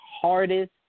hardest